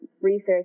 research